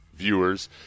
Viewers